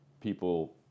people